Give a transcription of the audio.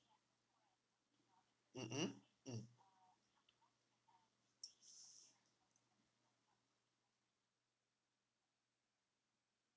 mmhmm mm